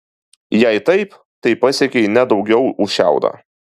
jei taip tai pasiekei ne daugiau už šiaudą